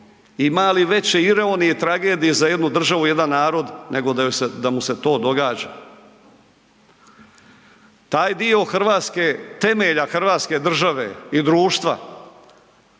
Imali veće ironije i tragedije za jednu državu, jedan narod nego da mu se to događa? Tak dio Hrvatske, temelja Hrvatske države i društva